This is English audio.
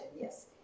yes